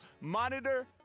Monitor